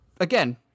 again